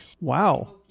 wow